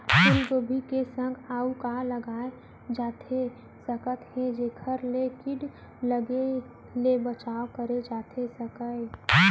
फूलगोभी के संग अऊ का लगाए जाथे सकत हे जेखर ले किट लगे ले बचाव करे जाथे सकय?